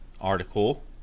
article